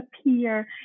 appear